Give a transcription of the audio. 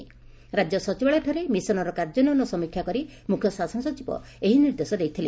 ରାକ୍ୟ ସଚିବାଳୟଠାରେ ମିଶନର କାର୍ଯ୍ୟାନ୍ୟନ ସମୀକ୍ଷା କରି ମୁଖ୍ୟ ଶାସନ ସଚିବ ଏହି ନିର୍ଦ୍ଦେଶ ଦେଇଥିଲେ